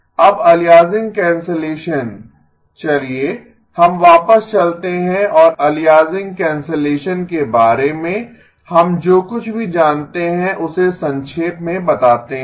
अब aliasing cancellation चलिये हम वापस चलतें हैं और अलियासिंग कैंसलेशन के बारे में हम जो कुछ भी जानते हैं उसे संक्षेप में बताते हैं